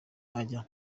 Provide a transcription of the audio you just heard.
ajya